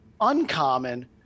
uncommon